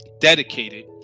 dedicated